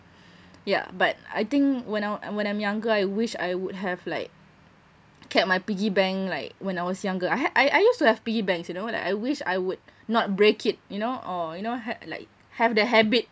yeah but I think when I'm uh when I'm younger I wish I would have like kept my piggy bank like when I was younger I had I I used to have piggy banks you know like I wish I would not break it you know or you know had like have the habit